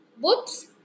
Whoops